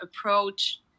approach